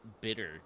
bitter